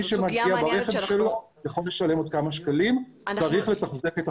מי שמגיע ברכב שלו יכול לשלם עוד כמה שקלים.